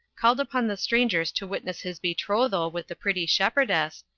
called upon the strangers to witness his betrothal with the pretty shepherdess,